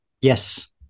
Yes